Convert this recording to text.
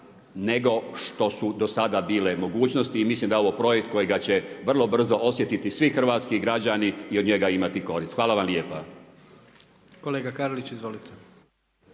nego što su do sada bile mogućnosti i mislim da je ovo projekt kojega će vrlo brzo osjetiti svi hrvatski građani i od njega imati korist. Hvala vam lijepa. **Jandroković, Gordan